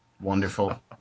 Wonderful